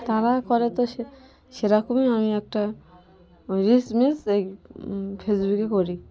তারা করে তো সে সেরকমই আমি একটা রিলস মিস এই ফেসবুকে করি